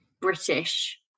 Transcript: British